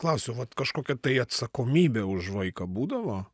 klausiu vat kažkokia tai atsakomybė už vaiką būdavo